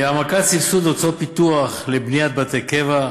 העמקת סבסוד הוצאות פיתוח לבניית בתי קבע,